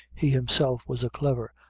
he himself was a clever,